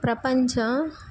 ప్రపంచ